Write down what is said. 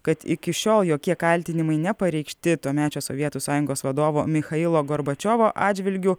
kad iki šiol jokie kaltinimai nepareikšti tuomečio sovietų sąjungos vadovo michailo gorbačiovo atžvilgiu